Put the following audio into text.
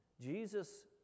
Jesus